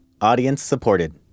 audience-supported